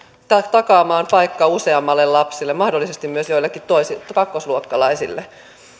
takaamaan paikka useammalle lapselle mahdollisesti myös joillekin kakkosluokkalaisille